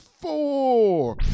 four